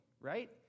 right